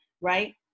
right